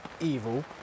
evil